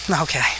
Okay